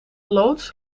loods